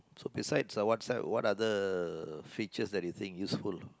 so besides uh WhatsApp what other features that you think useful